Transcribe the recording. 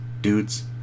dudes